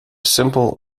simple